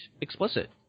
explicit